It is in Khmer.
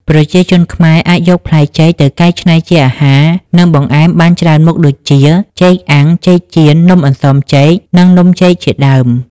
ប្រជាជនខ្មែរអាចយកផ្លែចេកទៅកែច្នៃជាអាហារ និងបង្អែមបានច្រើនមុខដូចជា ចេកអាំង ចេកចៀន នំអន្សមចេក និង នំចេក ជាដើម។